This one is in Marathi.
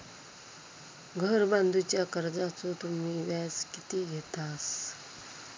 घर बांधूच्या कर्जाचो तुम्ही व्याज किती घेतास?